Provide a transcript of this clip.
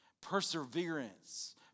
perseverance